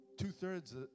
two-thirds